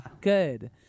Good